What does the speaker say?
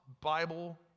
bible